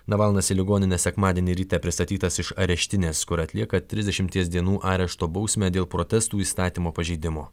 navalnas į ligoninę sekmadienį ryte pristatytas iš areštinės kur atlieka trisdešimties dienų arešto bausmę dėl protestų įstatymo pažeidimo